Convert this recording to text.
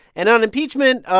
and on impeachment,